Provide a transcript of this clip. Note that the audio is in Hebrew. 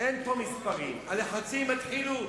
אין פה מספרים, הלחצים יתחילו,